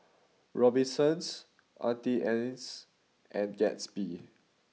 Robinsons Auntie Anne's and Gatsby